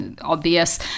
obvious